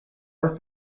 are